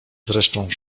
zresztą